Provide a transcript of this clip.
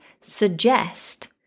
suggest